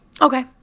okay